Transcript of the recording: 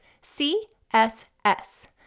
C-S-S